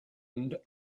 and